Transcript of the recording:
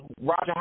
Roger